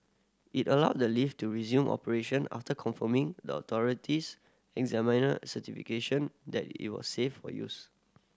it allowed the lift to resume operation after confirming the authorities examiner certification that it was safe for use